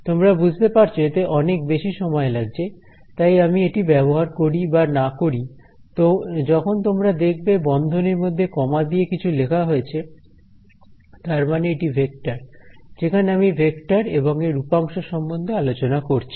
তোমরা বুঝতে পারছ এতে অনেক বেশি সময় লাগছে তাই আমি এটি ব্যবহার করি বা না করি যখন তোমরা দেখবে বন্ধনীর মধ্যে কমা দিয়ে কিছু লেখা হয়েছে তারমানে এটি ভেক্টর যেখানে আমি ভেক্টর এবং এর উপাংশ সম্বন্ধে আলোচনা করছি